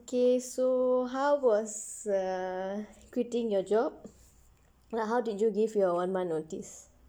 okay so how was err quitting your job now how did you give your one month notice